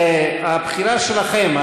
הבחירה שלכם,